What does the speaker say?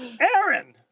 Aaron